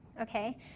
Okay